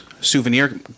souvenir